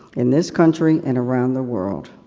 in this country, and around the world.